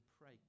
pray